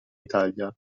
italia